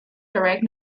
direct